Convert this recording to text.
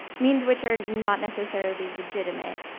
means which are not necessarily legitimate,